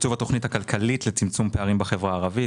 תקצוב התוכנית הכלכלית לצמצום פערים בחברה הערבית,